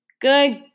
Good